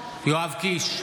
בעד יואב קיש,